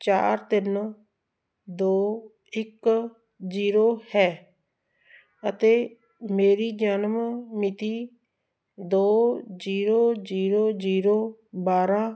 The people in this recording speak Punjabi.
ਚਾਰ ਤਿੰਨ ਦੋ ਇੱਕ ਜੀਰੋ ਹੈ ਅਤੇ ਮੇਰੀ ਜਨਮ ਮਿਤੀ ਦੋ ਜੀਰੋ ਜੀਰੋ ਜੀਰੋ ਬਾਰਾਂ